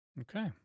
Okay